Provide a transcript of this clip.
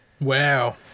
Wow